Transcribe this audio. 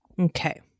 Okay